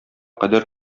кадәр